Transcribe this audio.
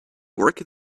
work